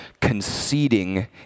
conceding